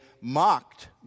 mocked